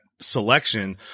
selection